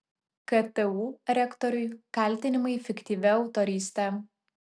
ktu rektoriui kaltinimai fiktyvia autoryste